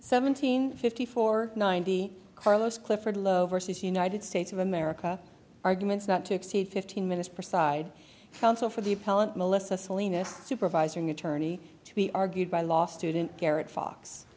seventeen fifty four ninety carlos clifford low versus united states of america arguments not to exceed fifteen minutes per side counsel for the appellant melissa salinas supervising attorney to be argued by law student garrett fox